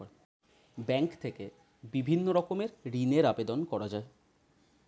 bank থেকে বিভিন্ন রকমের ঋণের আবেদন করা যায়